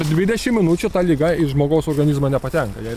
dvidešimt minučių ta liga į žmogaus organizmą nepatenka jai